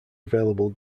available